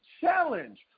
challenge